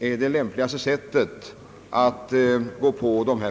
vara det lämpligaste sättet att angripa problemen.